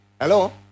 Hello